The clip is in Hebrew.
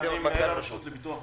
אני מנכ"ל הרשות לפיתוח חברתי וכלכלי.